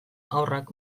haurrak